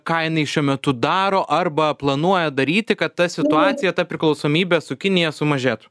ką jinai šiuo metu daro arba planuoja daryti kad ta situacija ta priklausomybė su kinija sumažėtų